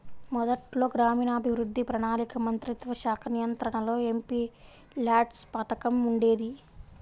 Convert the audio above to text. మొదట్లో గ్రామీణాభివృద్ధి, ప్రణాళికా మంత్రిత్వశాఖ నియంత్రణలో ఎంపీల్యాడ్స్ పథకం ఉండేది